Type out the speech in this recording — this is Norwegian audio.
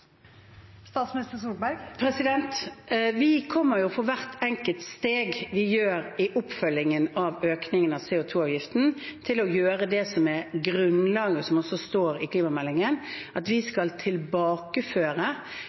Vi kommer for hvert enkelt steg vi gjør i oppfølgingen av økningen av CO 2 -avgiften, til å gjøre det som er grunnlaget, som også står i klimameldingen, at vi